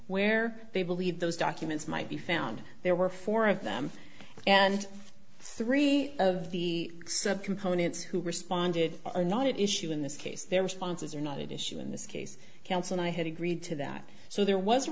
where they believe those documents might be found there were four of them and three of the subcomponents who responded are not at issue in this case there were sponsors or not issue in this case counts and i had agreed to that so there was a